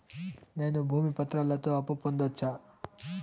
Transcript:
నేను భూమి పత్రాలతో అప్పు పొందొచ్చా?